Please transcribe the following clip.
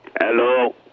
hello